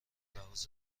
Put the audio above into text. لحاظ